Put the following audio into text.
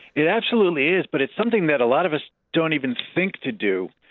it absolutely is. but it's something that a lot of us don't even think to do,